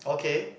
okay